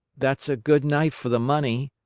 that's a good knife for the money,